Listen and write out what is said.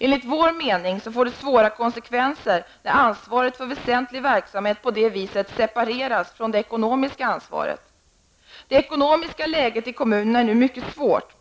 Enligt vår mening får det svåra konsekvenser när ansvaret för väsentlig verksamhet på det viset separeras från det ekonomiska ansvaret. Det ekonomiska läget i kommunerna är nu mycket svårt.